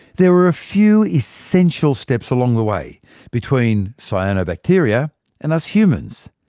there were a few essential steps along the way between cyanobacteria and us humans.